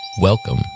Welcome